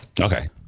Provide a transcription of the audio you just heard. Okay